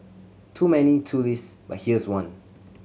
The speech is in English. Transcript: too many too list but here's one